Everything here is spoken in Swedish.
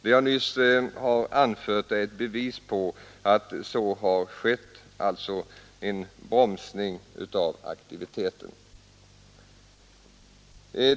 Det jag nyss har anfört är ett bevis på att en bromsning av aktiviteten har skett.